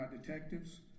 detectives